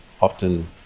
often